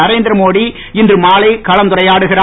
நரேந்திரமோடி இன்று மாலை கலந்துரையாடுகிறார்